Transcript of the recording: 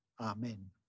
Amen